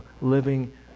living